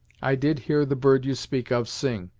i did hear the bird you speak of sing,